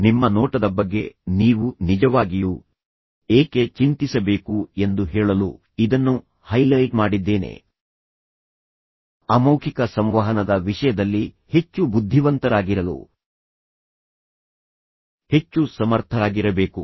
ನಿಮ್ಮ ನೋಟದ ಬಗ್ಗೆ ನೀವು ನಿಜವಾಗಿಯೂ ಏಕೆ ಚಿಂತಿಸಬೇಕು ಎಂದು ಹೇಳಲು ಇದನ್ನು ಹೈಲೈಟ್ ಮಾಡಿದ್ದೇನೆ ಅಮೌಖಿಕ ಸಂವಹನದ ವಿಷಯದಲ್ಲಿ ಹೆಚ್ಚು ಬುದ್ಧಿವಂತರಾಗಿರಲು ಹೆಚ್ಚು ಸಮರ್ಥರಾಗಿರಬೇಕು